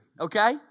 Okay